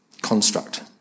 construct